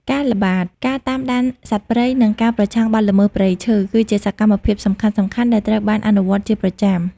ការល្បាត ការតាមដានសត្វព្រៃ និងការប្រឆាំងបទល្មើសព្រៃឈើ គឺជាសកម្មភាពសំខាន់ៗដែលត្រូវបានអនុវត្តជាប្រចាំ។